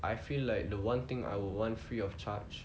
I feel like the one thing I would want free of charge